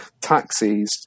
taxis